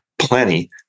plenty